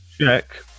Check